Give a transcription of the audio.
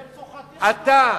אתה,